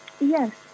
Yes